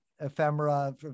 ephemera